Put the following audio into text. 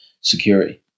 security